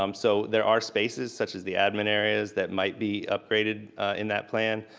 um so there are spaces such as the admin areas, that might be upgraded in that plan.